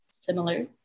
similar